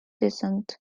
descent